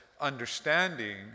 understanding